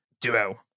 duo